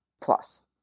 plus